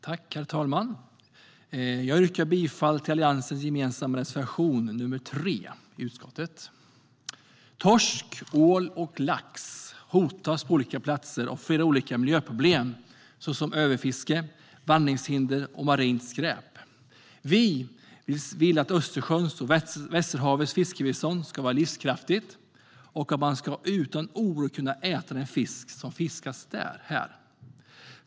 Herr talman! Jag yrkar bifall till Alliansens gemensamma reservation 3 i utskottets betänkande. Torsk, ål och lax hotas på olika platser av flera olika miljöproblem såsom överfiske, vandringshinder och marint skräp. Vi vill att Östersjöns och Västerhavets fiskbestånd ska vara livskraftigt och att man utan oro ska kunna äta den fisk som fiskas här.